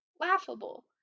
laughable